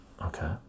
okay